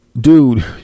Dude